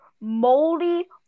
moldy